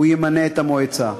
הוא ימנה את המועצה.